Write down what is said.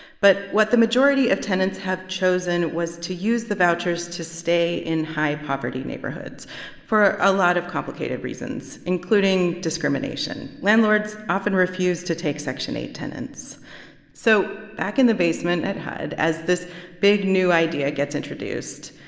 but what the majority of tenants have chosen was to use the vouchers to stay in high-poverty neighborhoods for a lot of complicated reasons, including discrimination. landlords often refuse to take section eight tenants so back in the basement at hud, as this big, new idea gets introduced,